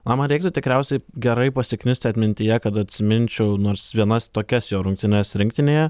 na man reiktų tikriausiai gerai pasiknist atmintyje kad atsiminčiau nors vienas tokias jo rungtynes rinktinėje